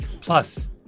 Plus